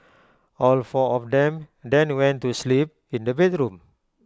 all four of them then went to sleep in the bedroom